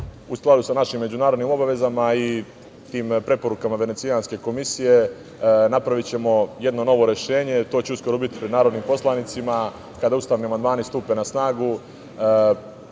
U skladu sa našim međunarodnim obavezama i tim preporukama Venecijanske komisije, napravićemo jedno novo rešenje. To će uskoro biti pred narodnim poslanicima, kada ustavni amandmani stupe na snagu.